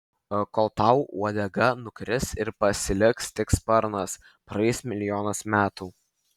kol tau uodega nukris ir pasiliks tik sparnas praeis milijonas metų